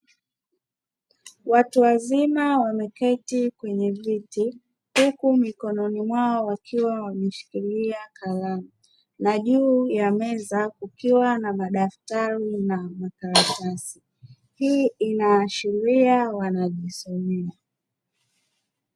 Watuwazima wameketi kwenye viti, huku mikononi mwao wakiwa wameshikilia kalamu, na juu ya meza kukiwa na madaftari na makaratasi. Hii inaashiria wanajisomea.